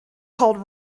called